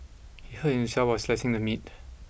he hurt himself while slicing the meat